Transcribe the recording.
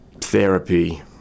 therapy